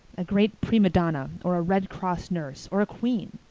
a great prima donna or a red cross nurse or a queen.